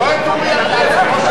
לא את אורי אריאל, את ראש הממשלה.